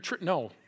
No